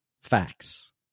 facts